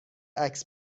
عکس